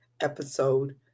episode